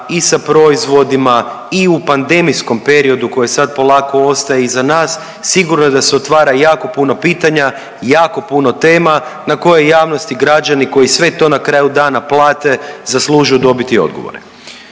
i sa proizvodima i u pandemijskom periodu koje sad polako ostaje iza nas, sigurno je da se otvara jako puno pitanja, jako puno tema na koje javnost i građani koji sve to na kraju dana plate zaslužuju dobiti odgovore.